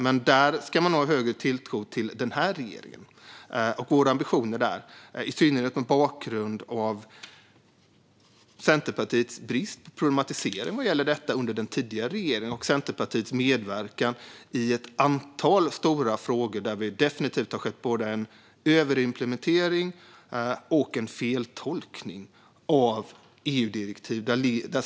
Men där ska man nog ha större tilltro till den här regeringen och våra ambitioner, i synnerhet mot bakgrund av Centerpartiets brist på problematisering av detta under den tidigare regeringen och Centerpartiets medverkan i ett antal stora frågor där det definitivt har skett både en överimplementering och en feltolkning av EU-direktiv.